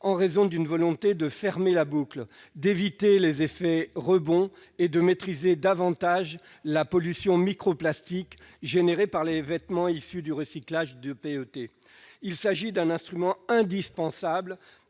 dans les textiles pour fermer la boucle, éviter les effets rebonds et maîtriser davantage la pollution microplastique générée par les vêtements issus du recyclage de PET. Il s'agit d'un instrument indispensable